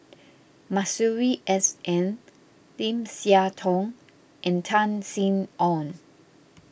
Masuri S N Lim Siah Tong and Tan Sin Aun